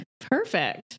Perfect